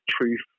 truth